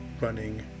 running